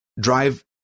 drive